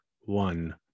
one